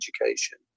education